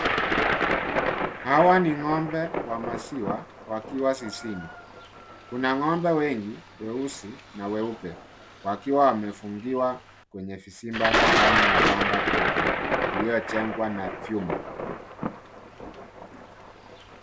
Hawa ni ng'ombe wa maziwa wakiwa zizini. Kuna ng'ombe wengi weusi na weupe wakiwa wamefungiwa kwenye vizimba ndani ya banda kubwa iliyojengwa na vyuma.